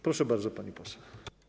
Proszę bardzo, pani poseł.